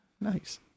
Nice